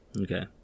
Okay